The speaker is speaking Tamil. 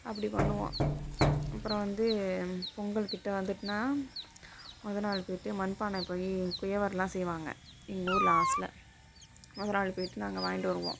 அப்படி பண்ணுவோம் அப்புறம் வந்து பொங்கல்கிட்ட வந்துட்டுனா முத நாள் போய்ட்டு மண்பானை போய் குயவர்லாம் செய்வாங்கள் எங்கள் ஊர் லாஸ்ட்ல முத நாள் போய்ட்டு நாங்கள் வாங்கிட்டு வருவோம்